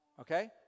okay